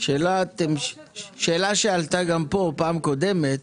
שאלה שעלתה פה גם בפעם הקודמת,